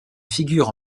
figure